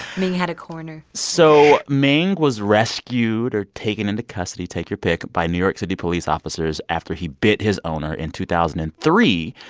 ming had a corner so ming was rescued or taken into custody take your pick by new york city police officers after he bit his owner in two thousand and three.